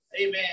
amen